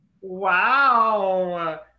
Wow